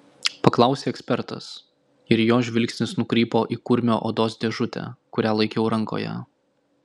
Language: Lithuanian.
paklausė ekspertas ir jo žvilgsnis nukrypo į kurmio odos dėžutę kurią laikiau rankoje